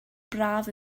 braf